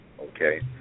okay